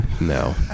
No